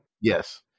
Yes